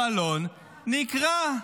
הבלון נקרע.